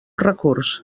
recurs